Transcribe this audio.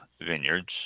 Vineyards